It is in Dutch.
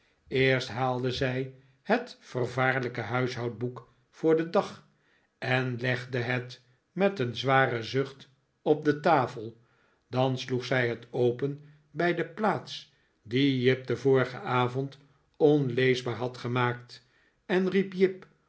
eerst haalde zij het ver vaarlijke huishoudboek voor den dag en legde het met een zwaren zucht op de tafel dan sloeg zij het open bij de plaats die jip den vorigen avond onleesbaar had gemaakt en riep jip